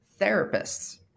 therapists